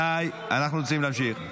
די, אנחנו רוצים להמשיך.